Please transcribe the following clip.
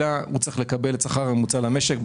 הוא צריך לקבל את השכר הממוצע במשק,